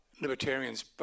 libertarians